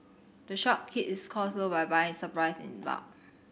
the shop keeps cost low by buying its supplies in bulk